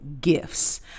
gifts